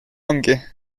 ongi